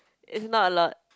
is not a lot